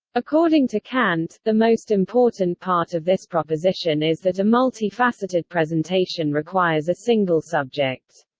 according to kant, the most important part of this proposition is that a multi-faceted presentation requires a single subject.